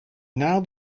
now